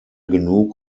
genug